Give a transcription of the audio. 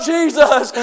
Jesus